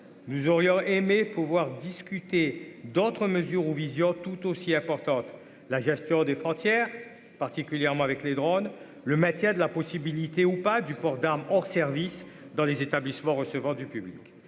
nous aurions aimé pouvoir discuter d'autres mesures ou vision tout aussi importante, la gestion des frontières, particulièrement avec les drônes, le maintien de la possibilité ou pas du port d'armes hors service dans les établissements recevant du public,